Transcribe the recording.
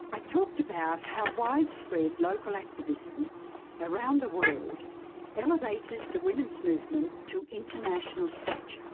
i talked about how widespread local activism around the world elevated the women's movement to international stature